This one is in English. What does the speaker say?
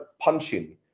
punching